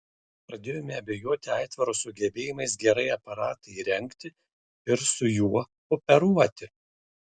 pradėjome abejoti aitvaro sugebėjimais gerai aparatą įrengti ir su juo operuoti